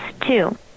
two